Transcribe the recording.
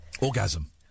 Orgasm